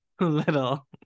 Little